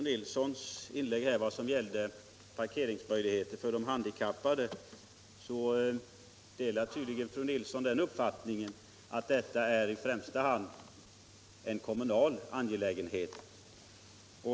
Herr talman! Beträffande parkeringsmöjligheter för de handikappade delar fru Nilsson i Kristianstad tydligen den uppfattningen att detta i främsta hand är en kommunal angelägenhet.